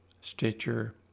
Stitcher